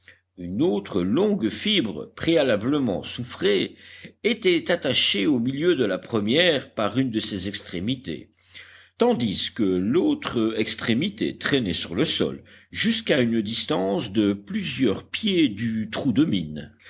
une autre longue fibre préalablement soufrée était attachée au milieu de la première par une de ses extrémités tandis que l'autre extrémité traînait sur le sol jusqu'à une distance de plusieurs pieds du trou de mine